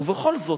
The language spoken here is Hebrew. ובכל זאת,